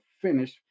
finish